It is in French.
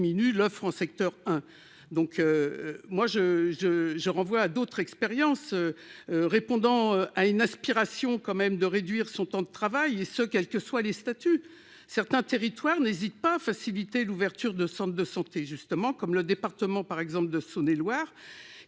l'offre en secteur hein donc. Moi je je je renvoie à d'autres expériences. Répondant à une aspiration quand même de réduire son temps de travail et ce quels que soient les statuts certains territoires n'hésite pas faciliter l'ouverture de centres de santé justement comme le département par exemple de Saone-et-Loire qui